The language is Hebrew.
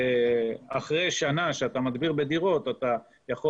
שאחרי שנה שאתה מדביר בדירות אתה יכול